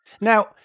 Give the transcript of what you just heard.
Now